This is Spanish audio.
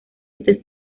este